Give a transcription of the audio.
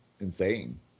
insane